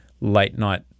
late-night